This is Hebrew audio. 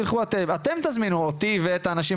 תלכו אתם ותזמינו אתם אותי ואת האנשים